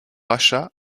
achat